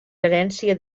herència